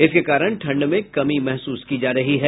इसके कारण ठंड में कमी महसूस की जा रही है